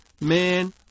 man